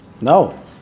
No